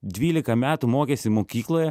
dvylika metų mokėsi mokykloje